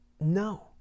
No